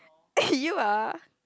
you ah